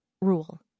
rule